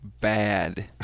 bad